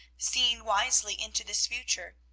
seeing wisely into this future,